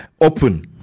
open